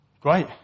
Great